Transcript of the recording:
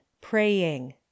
praying